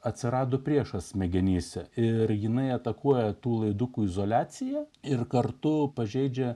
atsirado priešas smegenyse ir jinai atakuoja tų laidukui izoliacija ir kartu pažeidžia